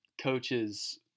coaches